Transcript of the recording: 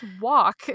walk